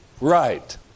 right